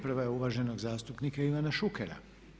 Prva je uvaženog zastupnika Ivana Šukera.